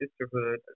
sisterhood